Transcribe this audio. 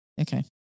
Okay